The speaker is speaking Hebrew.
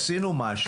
עשינו משהו.